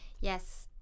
Yes